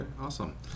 awesome